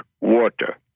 water